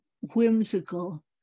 whimsical